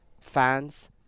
fans